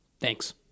Thanks